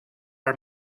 are